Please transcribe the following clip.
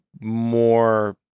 more